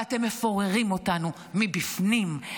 ואתם מפוררים אותנו מבפנים,